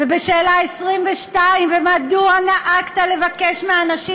ובשאלה 22: ומדוע נהגת לבקש מאנשים